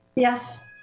Yes